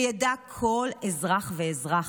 שידע כל אזרח ואזרח: